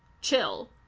chill